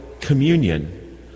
communion